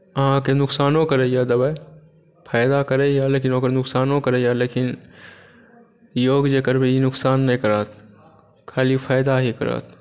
अहाँके नोकसानो करैए दवाइ फाइदा करैए लेकिन ओकर नोकसानो करैए लेकिन योग जे करबै ई नोकसान नहि करत खाली फाइदा ही करत